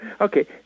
Okay